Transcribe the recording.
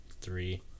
three